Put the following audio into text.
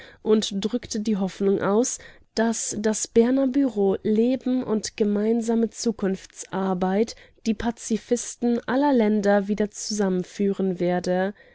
und drückte die hoffnung aus daß das berner bureau leben und gemeinsame zukunftsarbeit die pazifisten aller länder wieder zusammenführen werde